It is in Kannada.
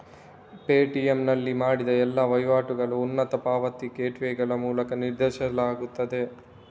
ಪೇಟಿಎಮ್ ನಲ್ಲಿ ಮಾಡಿದ ಎಲ್ಲಾ ವಹಿವಾಟುಗಳನ್ನು ಉನ್ನತ ಪಾವತಿ ಗೇಟ್ವೇಗಳ ಮೂಲಕ ನಿರ್ದೇಶಿಸಲಾಗುತ್ತದೆ